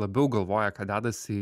labiau galvoja ką dedasi